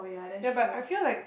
ya but I feel like